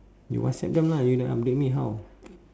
you whatsapp them lah you then update me how